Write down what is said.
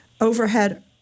overhead